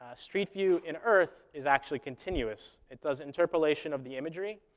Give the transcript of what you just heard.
ah street view in earth is actually continuous. it does interpolation of the imagery,